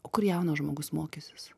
o kur jaunas žmogus mokysis